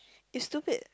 it's stupid